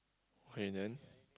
okay then